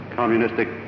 communistic